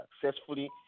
successfully